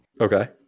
Okay